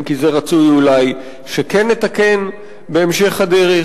אם כי רצוי אולי שכן נתקן זאת בהמשך הדרך.